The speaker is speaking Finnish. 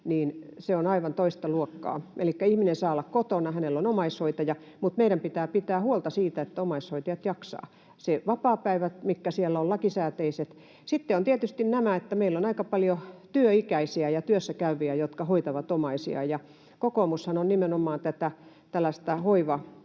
se on aivan toista luokkaa, elikkä ihminen saa olla kotona, hänellä on omaishoitaja, mutta meidän pitää pitää huolta siitä, että omaishoitajat jaksavat ja ne vapaapäivät siellä ovat lakisääteiset. Sitten on tietysti tämä, että meillä on aika paljon työikäisiä ja työssäkäyviä, jotka hoitavat omaisiaan. Kokoomushan on nimenomaan tätä tällaista